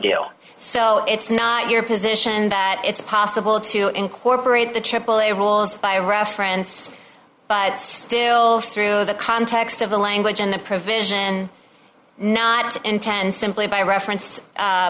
deal so it's not your position that it's possible to incorporate the aaa rules by reference but still through the context of the language in the provision not intend simply by reference